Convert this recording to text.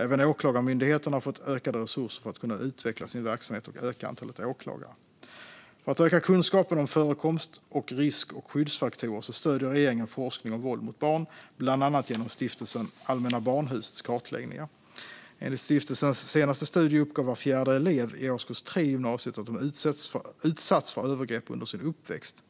Även Åklagarmyndigheten har fått ökade resurser för att kunna utveckla sin verksamhet och öka antalet åklagare. För att öka kunskapen om förekomst och risk och skyddsfaktorer stöder regeringen forskning om våld mot barn, bland annat genom Stiftelsen Allmänna Barnhusets kartläggningar. Enligt stiftelsens senaste studie uppgav var fjärde elev i årskurs 3 i gymnasiet att de utsatts för övergrepp under sin uppväxt.